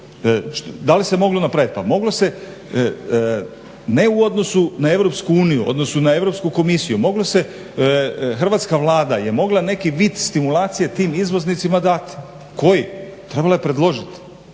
Da li se moglo napraviti? Pa moglo se ne u odnosu na EU odnosno na Europsku komisiju. Hrvatska Vlada je mogla neki vid stimulacije tim izvoznicima dati. Koji? Trebalo je predložiti